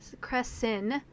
Crescent